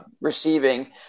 receiving